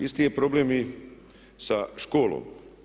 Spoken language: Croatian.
Isti je problem i sa školom.